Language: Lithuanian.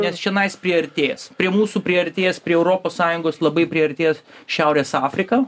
nes čionais priartės prie mūsų priartės prie europos sąjungos labai priartės šiaurės afrika